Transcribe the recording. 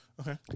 Okay